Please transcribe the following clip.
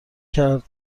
کرد